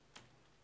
מניעה.